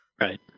Right